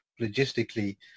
logistically